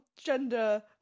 gender